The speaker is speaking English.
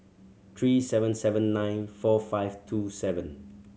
three seven seven nine four five two seven